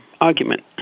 argument